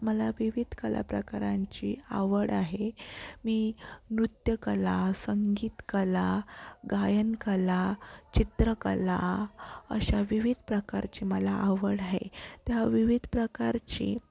मला विविध कलाप्रकारांची आवड आहे मी नृत्यकला संगीतकला गायनकला चित्रकला अशा विविध प्रकारची मला आवड आहे त्या विविध प्रकारची